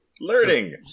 Learning